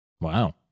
Wow